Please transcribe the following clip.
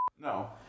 No